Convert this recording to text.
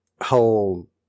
whole